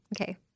okay